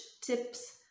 tips